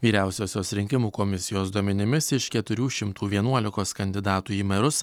vyriausiosios rinkimų komisijos duomenimis iš keturių šimtų vienuolikos kandidatų į merus